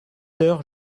heures